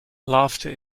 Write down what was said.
laughter